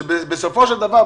בסופו של דבר,